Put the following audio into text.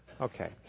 Okay